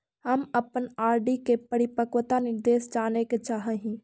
हम अपन आर.डी के परिपक्वता निर्देश जाने के चाह ही